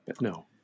No